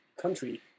country